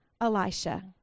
Elisha